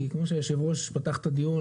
כמו שהיו"ר פתח את הדיון,